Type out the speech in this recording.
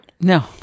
No